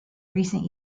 recent